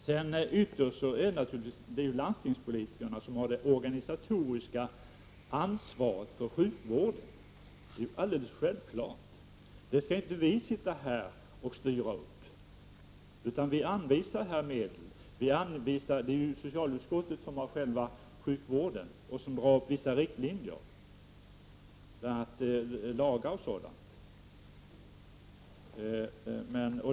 Det är självklart att det ytterst är landstingspolitikerna som har det organisatoriska ansvaret för sjukvården. Vi skall inte sitta här och styra den, utan vi anvisar medel. Det är socialutskottet som handhar sjukvården och som drar upp vissa riktlinjer, för lagar m.m.